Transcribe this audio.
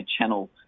channel